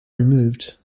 removed